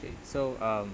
eh so um